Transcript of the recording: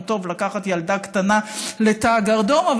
לא טוב לקחת ילדה קטנה לתא הגרדום,